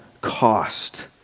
cost